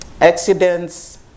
Accidents